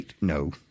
no